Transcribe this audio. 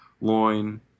loin